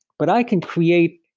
but i can create.